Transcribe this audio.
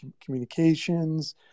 communications